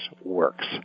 works